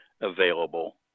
available